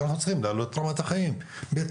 אנחנו צריכים להעלות את רמת החיים בתרבות,